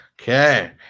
Okay